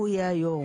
שהוא יהיה היו"ר.